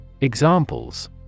Examples